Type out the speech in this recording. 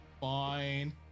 Fine